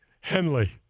Henley